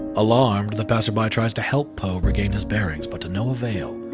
alarmed, the passerby tries to help poe regain his bearings, but to no avail.